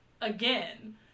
again